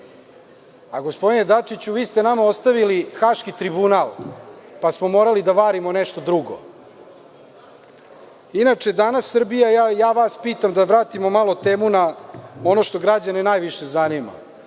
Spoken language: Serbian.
Gospodine Dačiću, vi ste nama ostavili Haški tribunal, pa smo morali da varimo nešto drugo. Inače, danas Srbija, ja vas pitam, da vratimo malo temu na ono što građane najviše zanima.